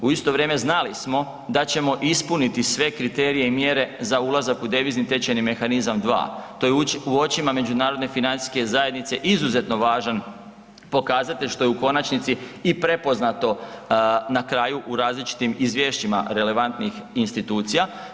U isto vrijeme znali smo da ćemo ispuniti sve kriterije i mjere za ulazak u devizni tečajni mehanizam 2. To To je u očima međunarodne financijske zajednice izuzetno važan pokazatelj što je u konačnici i prepoznato na kraju u različitim izvješćima relevantnih institucija.